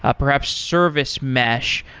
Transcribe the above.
ah perhaps service mesh.